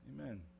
Amen